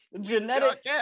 Genetic